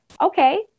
Okay